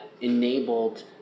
enabled